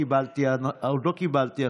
עוד לא קיבלתי החלטה.